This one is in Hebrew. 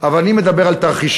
אבל אני מדבר על תרחישים.